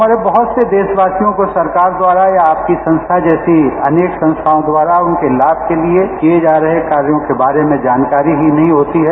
हमारे बहत से देशवासियों को सरकार द्वारा या आपकी संस्था जैसी अनेक संस्थाओं द्वारा उनके लाभ के लिए किए जा रहे कार्यो के बारे में जानकारी ही नहीं होती है